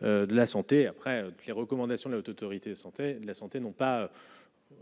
de la santé après les recommandations de la Haute autorité de santé, de la santé n'ont pas